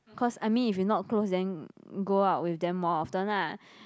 cause I mean if you not close then go out with them more often lah